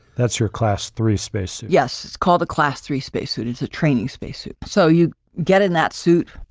that's your class three space. yes, it's called a class three spacesuit. it's a training spacesuit. so, you get in that suit,